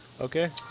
Okay